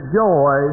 joy